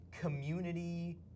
community